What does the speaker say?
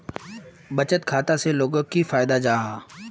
बचत खाता से लोगोक की फायदा जाहा?